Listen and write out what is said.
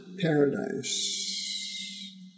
paradise